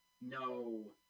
No